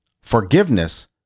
Forgiveness